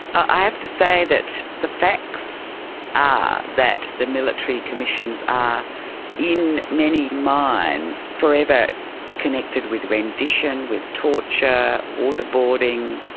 i have to say that the facts are that the military commissions are in many minds forever connected with rendition, with torture, waterb-oarding,